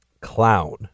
clown